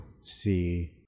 see